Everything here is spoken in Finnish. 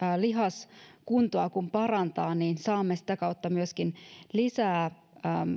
lihaskuntoa kun parantaa niin saamme sitä kautta myöskin lisää